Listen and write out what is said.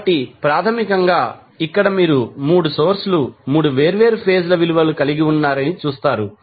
కాబట్టి ప్రాథమికంగా ఇక్కడ మీరు 3 సోర్స్ లు 3 వేర్వేరు ఫేజ్ ల విలువను కలిగి ఉన్నారని చూస్తారు